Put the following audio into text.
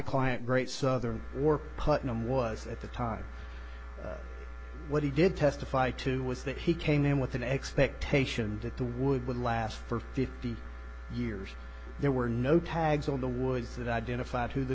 client great southern or putnam was at the time what he did testify to was that he came in with an expectation that the would would last for fifty years there were no tags on the words that identified who the